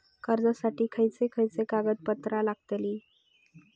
कर्जासाठी खयचे खयचे कागदपत्रा लागतली?